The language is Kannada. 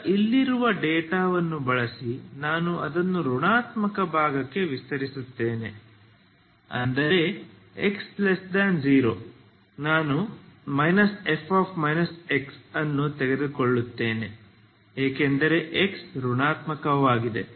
ಈಗ ಇಲ್ಲಿರುವ ಡೇಟಾವನ್ನು ಬಳಸಿ ನಾನು ಅದನ್ನು ಋಣಾತ್ಮಕ ಭಾಗಕ್ಕೆ ವಿಸ್ತರಿಸುತ್ತೇನೆ ಅಂದರೆ x0 ನಾನು F ಅನ್ನು ತೆಗೆದುಕೊಳ್ಳುತ್ತೇನೆ ಏಕೆಂದರೆ x ಋಣಾತ್ಮಕವಾಗಿದೆ